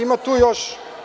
Ima tu još.